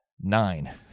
Nine